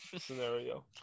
scenario